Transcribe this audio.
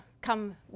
come